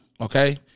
Okay